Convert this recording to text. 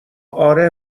آره